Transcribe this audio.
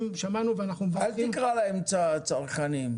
אל תקרא להם צרכנים,